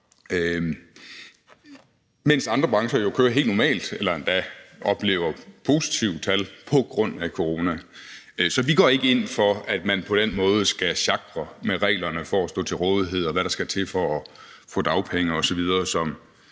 mens andre brancher jo kører helt normalt eller endda oplever positive tal på grund af corona. Så vi går ikke ind for, at man på den måde skal sjakre med reglerne for at stå til rådighed, og hvad der skal til for at få dagpenge osv.,